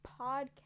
podcast